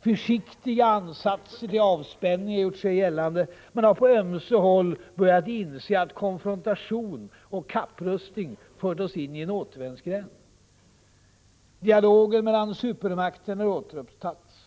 Försiktiga ansatser till avspänning har gjort sig gällande. Man har på ömse håll börjat inse att konfrontation och kapprustning har fört oss in i en återvändsgränd. Dialogen mellan supermakterna har återupptagits.